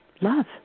love